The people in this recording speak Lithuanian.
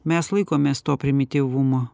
mes laikomės to primityvumo